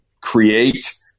create